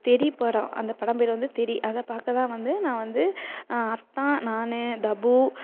தெறி படம் அந்த படம் பேர் வந்து தெறி அதை பார்க்கதான் வந்து நான் வந்து அத்தான் நான் தபு